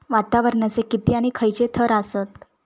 वातावरणाचे किती आणि खैयचे थर आसत?